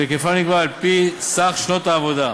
שהיקפה נקבע על-פי סך שנות העבודה.